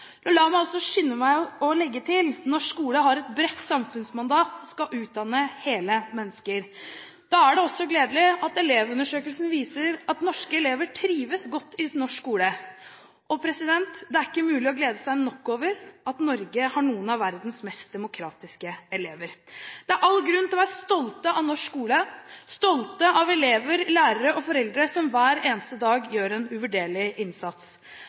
Men la meg også skynde meg og legge til: Norsk skole har et bredt samfunnsmandat og skal utdanne hele mennesker. Da er det også gledelig at elevundersøkelsen viser at norske elever trives godt i norsk skole, og det er ikke mulig å glede seg nok over at Norge har noen av verdens mest demokratiske elever. Det er all grunn til å være stolt av norsk skole, stolt av elever, lærere og foreldre, som hver eneste dag gjør en uvurderlig innsats.